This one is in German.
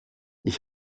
ich